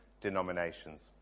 denominations